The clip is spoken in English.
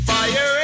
Fire